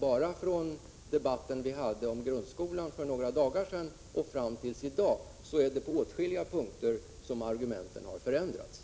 Bara från debatten vi hade om grundskolan för några dagar sedan och fram till i dag har ju argumenten förändrats på åtskilliga punkter.